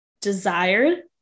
desired